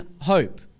hope